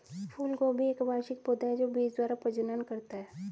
फूलगोभी एक वार्षिक पौधा है जो बीज द्वारा प्रजनन करता है